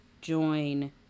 join